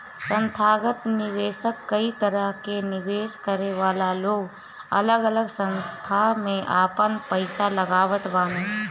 संथागत निवेशक कई तरह के निवेश करे वाला लोग अलग अलग संस्था में आपन पईसा लगावत बाने